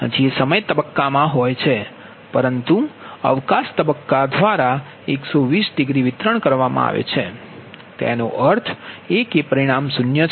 જે સમય તબક્કામાં હોય છે પરંતુ અવકાશ તબક્કા દ્વારા 120 વિતરણ કરવામાં આવે છે તેનો અર્થ એ કે પરિણામ શૂન્ય છે